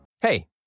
Hey